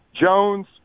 Jones